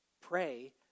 Pray